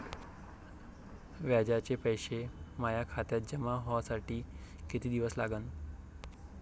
व्याजाचे पैसे माया खात्यात जमा व्हासाठी कितीक दिवस लागन?